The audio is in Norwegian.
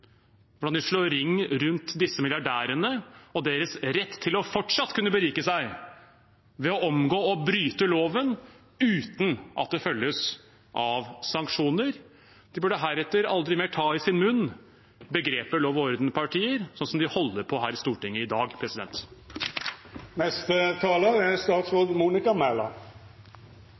slår ring rundt disse milliardærene og deres rett til fortsatt å kunne berike seg ved å omgå og bryte loven, uten at det følges av sanksjoner. De burde heretter aldri mer ta i sin munn begrepet lov-og-orden-parti, sånn som de holder på her i Stortinget i dag.